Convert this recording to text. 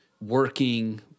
working